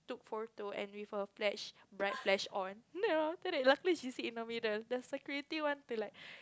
took photo and with her flash bright flash on then after that luckily she sit in the middle the security want to like